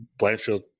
Blanchfield